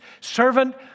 servant